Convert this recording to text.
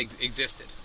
existed